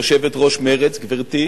היא יושבת-ראש מרצ, גברתי.